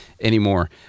anymore